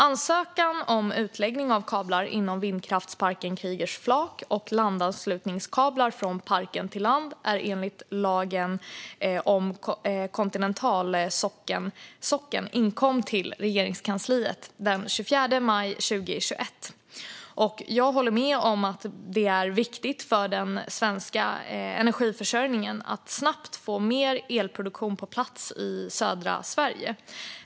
Ansökan om utläggning av kablar inom vindkraftsparken Kriegers flak och landanslutningskablar från parken till land enligt lagen om kontinentalsockeln inkom till Regeringskansliet den 24 maj 2021. Jag håller med om att det är viktigt för den svenska energiförsörjningen att snabbt få mer elproduktion på plats i södra Sverige.